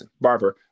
Barbara